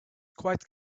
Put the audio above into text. quite